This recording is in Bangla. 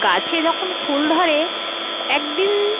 গাছে যখন ফুল ধরে এক দিন